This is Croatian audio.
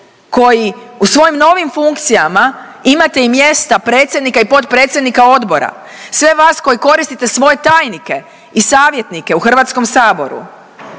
koji u svojim novim funkcijama imate i mjesta predsjednika i potpredsjednika odbora, sve vas koji koristite svoje tajnike i savjetnike u HS. Oni su